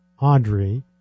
Audrey